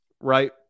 right